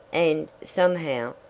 and, somehow,